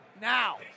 Now